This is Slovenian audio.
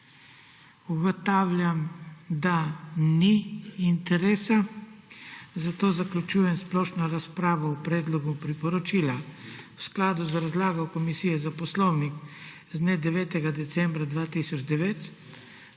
Ugotavljam, da ni interesa, zato zaključujem splošno razpravo o predlogu priporočila. V skladu z razlago Komisije za poslovnik z dne 9. decembra 2009